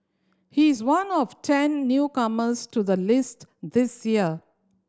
he is one of ten newcomers to the list this year